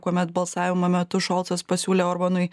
kuomet balsavimo metu šolcas pasiūlė orbanui